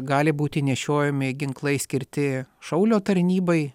gali būti nešiojami ginklai skirti šaulio tarnybai